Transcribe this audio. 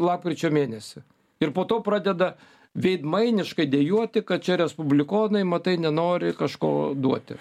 lapkričio mėnesį ir po to pradeda veidmainiškai dejuoti kad čia respublikonai matai nenori kažko duoti